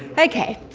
okay,